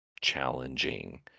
challenging